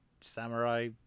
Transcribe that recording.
samurai